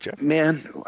man